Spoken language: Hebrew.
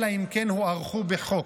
אלא אם כן הוארכו בחוק.